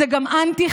זה גם אנטי-חברתי.